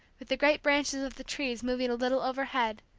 with the great branches of the trees moving a little overhead,